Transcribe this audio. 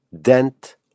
dent